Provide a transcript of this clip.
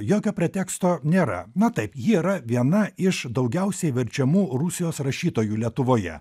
jokio preteksto nėra na taip ji yra viena iš daugiausiai verčiamų rusijos rašytojų lietuvoje